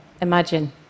imagine